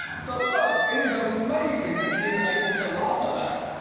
so, first, it is amazing that he is able to laugh at that,